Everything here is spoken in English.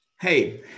Hey